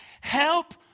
Help